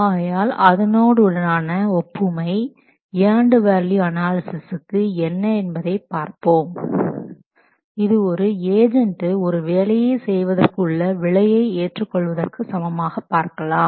ஆகையால் அதோடு உடனான ஒப்புமை ஏண்டு வேல்யூ அனாலிசிஸ்க்கு என்ன என்பதை பார்ப்போம் இது ஒரு ஏஜெண்ட் ஒரு வேலையை செய்வதற்கு உள்ள விலையை ஏற்றுக்கொள்வதற்கு சமமாக பார்க்கலாம்